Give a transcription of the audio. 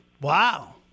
Wow